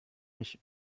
mich